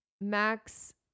max